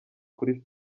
kuri